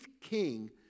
king